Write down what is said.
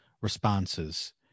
responses